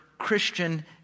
Christian